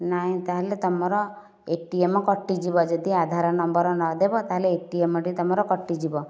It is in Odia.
ନାଇଁ ତାହେଲେ ତୁମର ଏଟିଏମ୍ କଟିଯିବ ଯଦି ଆଧାର ନମ୍ବର ନ ଦେବ ତାହେଲେ ଏଟିଏମ୍ ଟି ତୁମର କଟିଯିବ